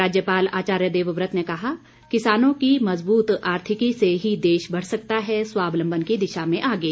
राज्यपाल आचार्य देवव्रत ने कहा किसानों की मजबूत आर्थिकी से ही देश बढ़ सकता है स्वावलम्बन की दिशा में आगे